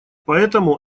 поэтому